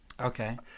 Okay